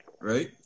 right